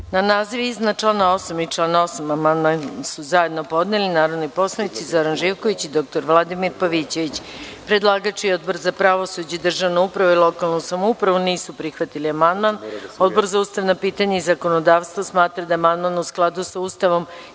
Na naziv iznad člana 8. i član 8. amandman su zajedno podneli narodni poslanici Zoran Živković i dr Vladimir Pavićević. Predlagač i Odbor za pravosuđe, državnu upravu i lokalnu samoupravu nisu prihvatili amandman. Odbor za ustavna pitanja i zakonodavstvo smatra da je amandman u skladu sa Ustavom